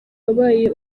wabaye